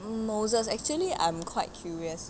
moses actually I'm quite curious